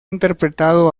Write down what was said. interpretado